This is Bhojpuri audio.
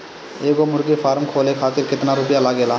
एगो मुर्गी फाम खोले खातिर केतना रुपया लागेला?